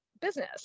business